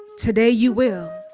today you will.